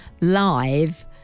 live